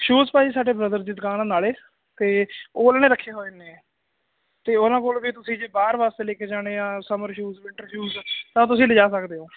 shoes ਭਾਅ ਜੀ ਸਾਡੇ ਬ੍ਰਦਰ ਦੀ ਦੁਕਾਨ ਨਾਲੇ ਤੇ ਉਹ ਉਹਨਾਂ ਨੇ ਰੱਖੇ ਹੋਏ ਨੇ ਤੇ ਉਹਨਾਂ ਕੋਲ ਵੀ ਤੁਸੀਂ ਜੇ ਬਾਹਰ ਵਾਸਤੇ ਲੈ ਕੇ ਜਾਣੇ ਆ ਸਮਰ ਸ਼ੂਜ ਵਿੰਟਰ ਸ਼ੂਜ ਤਾਂ ਤੁਸੀਂ ਲਿਜਾ ਸਕਦੇ ਹੋ